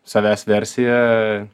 savęs versija